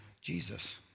Jesus